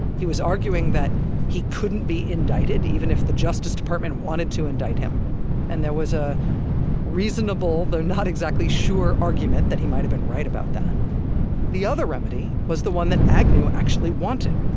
he was arguing that he couldn't be indicted even if the justice department wanted to indict him and there was a reasonable-though-not-exactly-sure argument that he might have been right about that the other remedy was the one that agnew actually wanted,